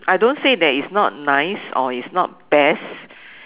I don't say that it's not nice or it's not best